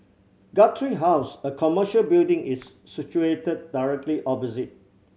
Guthrie House a commercial building is situated directly opposite